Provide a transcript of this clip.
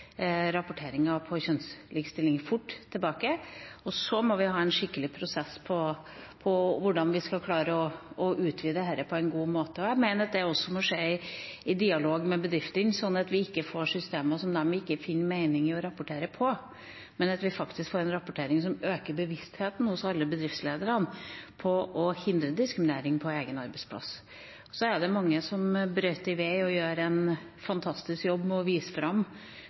kjønnslikestilling. Så må vi ha en skikkelig prosess for hvordan vi skal klare å utvide dette på en god måte. Jeg mener også at det må skje i dialog med bedriftene, slik at vi ikke får systemer som de ikke finner mening i å rapportere om. Vi må få en rapportering som faktisk øker bevisstheten hos alle bedriftsledere om å hindre diskriminering på egen arbeidsplass. Så er det mange som brøyter vei og gjør en fantastisk jobb med å vise fram